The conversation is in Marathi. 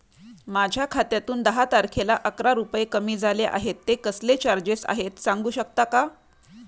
माझ्या खात्यातून दहा तारखेला अकरा रुपये कमी झाले आहेत ते कसले चार्जेस आहेत सांगू शकता का?